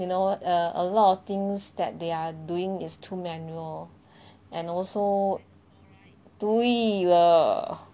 you know err a lot of things that they're doing is too manual and also 对了